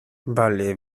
vale